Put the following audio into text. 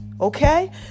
Okay